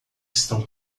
estão